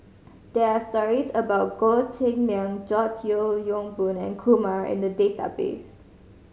there are stories about Goh Cheng Liang George Yeo Yong Boon and Kumar in the database